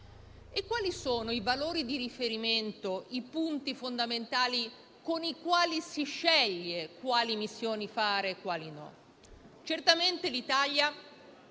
Quali sono i valori di riferimento, i punti fondamentali sulla base dei quali si sceglie quali missioni fare e quali no? Certamente l'Italia